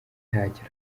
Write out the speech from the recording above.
ntacyo